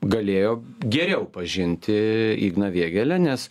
galėjo geriau pažinti igną vėgėlę nes